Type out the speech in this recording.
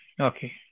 Okay